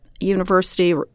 university